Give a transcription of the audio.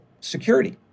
security